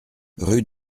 rue